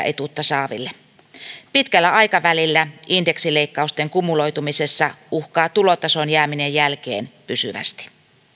etuutta saaville pitkällä aikavälillä indeksileikkausten kumuloitumisessa uhkaa tulotason jääminen jälkeen pysyvästi